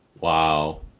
Wow